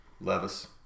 Levis